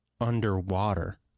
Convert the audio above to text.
underwater